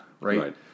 right